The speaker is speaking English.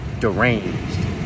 deranged